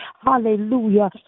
Hallelujah